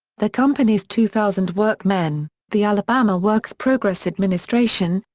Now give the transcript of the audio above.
the company's two thousand workmen, the alabama works progress administration,